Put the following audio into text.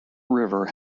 river